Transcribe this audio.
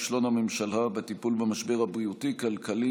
כישלון הממשלה בטיפול במשבר הבריאותי והכלכלי